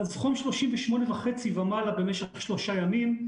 חום 38.5 ומעלה במשך שלושה ימים,